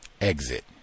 exit